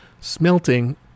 smelting